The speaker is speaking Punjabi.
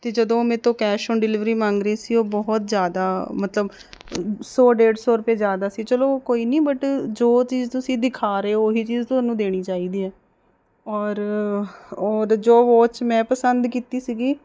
ਅਤੇ ਜਦੋਂ ਮੇਰੇ ਤੋਂ ਕੈਸ਼ ਔਨ ਡਿਲੀਵਰੀ ਮੰਗ ਰਹੇ ਸੀ ਉਹ ਬਹੁਤ ਜ਼ਿਆਦਾ ਮਤਲਬ ਸੌ ਡੇਢ ਸੌ ਰੁਪਏ ਜ਼ਿਆਦਾ ਸੀ ਚਲੋ ਉਹ ਕੋਈ ਨਹੀਂ ਬਟ ਜੋ ਚੀਜ਼ ਤੁਸੀਂ ਦਿਖਾ ਰਹੇ ਉਹੀ ਚੀਜ਼ ਤੁਹਾਨੂੰ ਦੇਣੀ ਚਾਹੀਦੀ ਹੈ ਔਰ ਉਦੋਂ ਜੋ ਵੋਚ ਮੈਂ ਪਸੰਦ ਕੀਤੀ ਸੀਗੀ